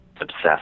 obsessed